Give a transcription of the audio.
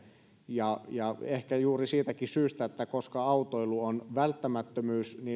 ehkä juuri siitäkin syystä että autoilu on välttämättömyys